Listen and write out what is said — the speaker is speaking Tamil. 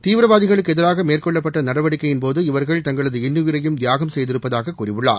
தீவிரவாதிகளுக்கு எதிராக மேற்கொள்ளப்பட்ட நடவடிக்கையின்போது இவர்கள் தங்களது இன்னுயிரையும் தியாகம் செய்திருப்பதாகக் கூறியுள்ளார்